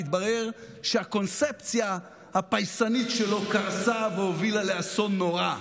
והתברר שהקונספציה הפייסנית שלו קרסה והובילה לאסון נורא.